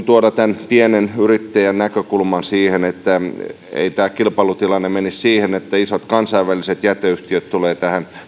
tuoda tämän pienen yrittäjän näkökulman että tämä kilpailutilanne ei menisi siihen että isot kansainväliset jäteyhtiöt tulevat